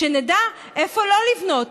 שנדע איפה לא לבנות.